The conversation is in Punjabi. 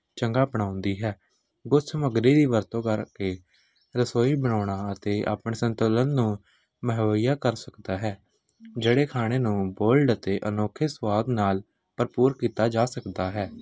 ਚੰਗਾ ਬਣਾਉਂਦੀ ਹੈ ਗੁਪਤ ਸਮੱਗਰੀ ਦੀ ਵਰਤੋਂ ਕਰਕੇ ਰਸੋਈ ਬਣਾਉਣਾ ਅਤੇ ਆਪਣੇ ਸੰਤੁਲਨ ਨੂੰ ਮੁਹੱਈਆ ਕਰ ਸਕਦਾ ਹੈ ਜਿਹੜੇ ਖਾਣੇ ਨੂੰ ਬੋਲਡ ਅਤੇ ਅਨੌਖੇ ਸਵਾਦ ਨਾਲ ਭਰਪੂਰ ਕੀਤਾ ਜਾ ਸਕਦਾ ਹੈ